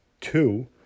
two